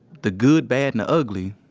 the good, bad, and the ugly,